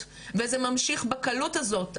לאלימות וזה ממשיך בקלות הזאת,